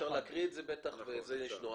אפשר להקריא את זה, זה ישנו.